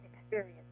experience